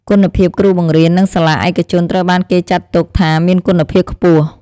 គុណភាពគ្រូបង្រៀន នៅសាលាឯកជនត្រូវបានគេចាត់ទុកថាមានគុណភាពខ្ពស់។